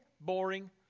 boring